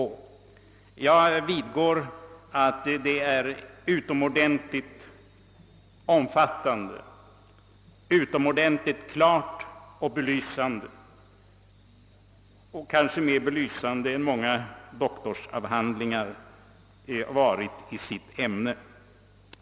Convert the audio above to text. Jag erkänner att det är ett utomordentligt omfattande, klart och belysande arbete, kanske mer belysande än många doktorsavhandlingar varit i respektive ämnen.